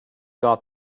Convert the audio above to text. got